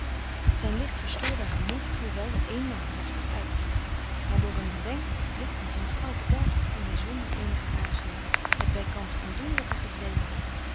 zijn licht verstoorbaar gemoed voer wel eenmaal heftig uit maar door een wenk of blik van zijn vrouw frederik van eeden van de koele meren des doods bedaard ging hij zonder eenige aarzeling met bijkans aandoenlijke gedweeheid